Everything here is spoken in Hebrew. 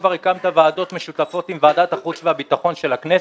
כבר הקמת ועדות משותפות עם ועדת החוץ והביטחון של הכנסת.